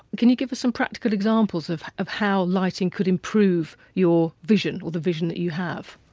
can you give us some practical examples of of how lighting could improve your vision or the vision that you have?